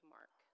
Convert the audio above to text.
Mark